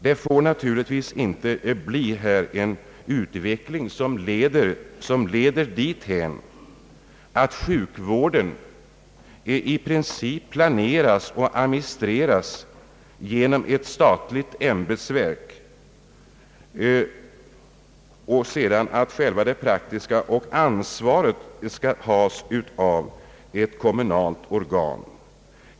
Det får inte bli fråga om en utveckling som leder dithän att sjukvården i princip planeras och administreras av ett statligt ämbetsverk och att själva det praktiska ansvaret skall åvila ett kommunalt organ.